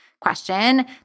question